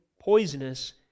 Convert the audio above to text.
poisonous